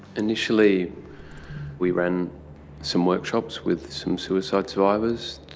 initially we ran some workshops with some suicide survivors,